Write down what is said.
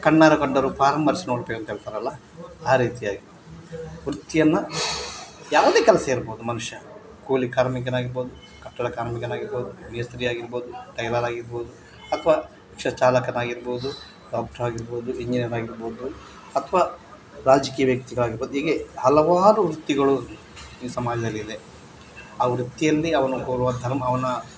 ಕಣ್ಣಾರೆ ಕಂಡರೂ ಪಾರಾಂಬರ್ಸಿ ನೋಡ್ಬೇಕು ಹೇಳ್ತಾರಲ್ಲ ಆ ರೀತಿಯಾಗಿ ವೃತ್ತಿಯನ್ನು ಯಾವ್ದೇ ಕೆಲಸ ಇರ್ಬೋದು ಮನುಷ್ಯ ಕೂಲಿ ಕಾರ್ಮಿಕನಾಗಿರ್ಬೋದು ಕಟ್ಟಡ ಕಾರ್ಮಿಕನಾಗಿರ್ಬೋದು ಮೇಸ್ತ್ರಿಯಾಗಿರ್ಬೋದು ಟೈಲರ್ ಆಗಿರ್ಬೋದು ಅಥವಾ ರಿಕ್ಷ ಚಾಲಕನಾಗಿರ್ಬೋದು ಡಾಕ್ಟ್ರಾಗಿರ್ಬೋದು ಇಂಜಿನಿಯರಾಗಿರ್ಬೋದು ಅಥವಾ ರಾಜಕೀಯ ವ್ಯಕ್ತಿಗಳಾಗಿರ್ಬೋದು ಹೀಗೆ ಹಲವಾರು ವೃತ್ತಿಗಳು ಈ ಸಮಾಜದಲ್ಲಿದೆ ಆ ವೃತ್ತಿಯಲ್ಲಿ ಅವನು ಹೋಲುವ ಧರ್ಮ ಅವನ